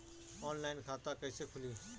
Online खाता कईसे खुलि?